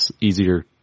easier